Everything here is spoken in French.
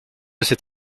cet